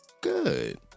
good